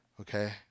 okay